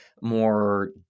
more